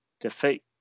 defeat